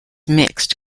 mixed